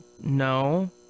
No